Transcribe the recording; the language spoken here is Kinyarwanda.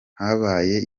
habaye